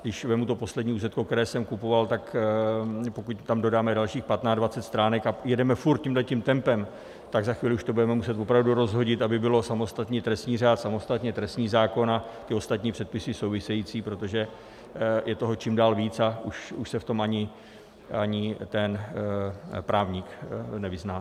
A když vezmu to poslední úzetko, které jsem kupoval, tak pokud tam dodáme dalších patnáct, dvacet stránek a jedeme furt tímhletím tempem, tak za chvíli už to budeme muset opravdu rozhodit, aby byl samostatně trestní řád, samostatně trestní zákon a ty ostatní předpisy související, protože je to čím dál víc a už se v tom ani ten právník nevyzná.